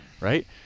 right